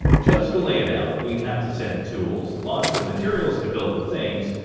just to lay it out, we'd have to send tools, lots of materials to build the things,